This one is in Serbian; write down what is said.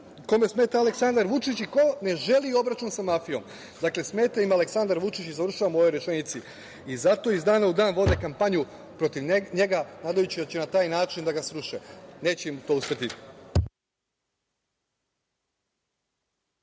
kome smeta Aleksandar Vučić i ko ne želi obračun sa mafijom. Dakle, smeta im Aleksandar Vučić. Završavam u ovoj rečenici. Zato iz dana u dan vode kampanju protiv njega, nadajući se da će na taj način da ga sruše. Neće im to uspeti.